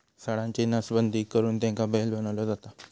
सांडाची नसबंदी करुन त्याका बैल बनवलो जाता